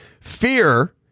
Fear